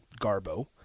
Garbo